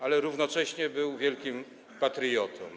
ale równocześnie był wielkim patriotą.